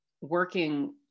working